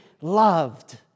loved